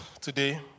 today